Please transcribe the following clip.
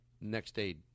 next-day